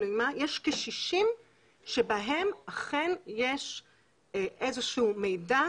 יש כ-60 שבהם אכן יש איזה שהוא מידע,